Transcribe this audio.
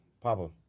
Papa